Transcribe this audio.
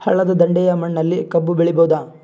ಹಳ್ಳದ ದಂಡೆಯ ಮಣ್ಣಲ್ಲಿ ಕಬ್ಬು ಬೆಳಿಬೋದ?